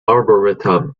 arboretum